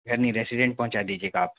घर नहीं रेसिडेंट पहुँचा दीजिएगा आप